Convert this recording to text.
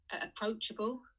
approachable